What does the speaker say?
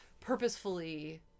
purposefully